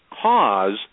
cause